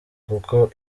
kuko